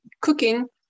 cooking